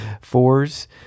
Fours